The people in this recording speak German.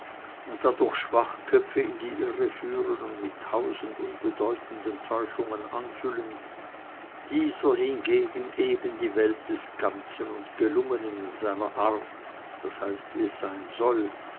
und dadurch schwachköpfe in die irre führen und mit tausend unbedeutenden täuschungen anfüllen dieser hingegen eben die welt des ganzen und gelungenen in seiner art d h wie es sein soll